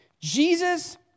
Jesus